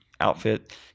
outfit